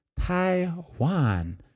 Taiwan